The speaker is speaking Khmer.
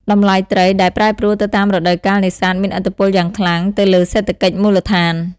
តម្លៃត្រី ដែលប្រែប្រួលទៅតាមរដូវកាលនេសាទមានឥទ្ធិពលយ៉ាងខ្លាំងទៅលើសេដ្ឋកិច្ចមូលដ្ឋាន។